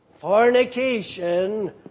fornication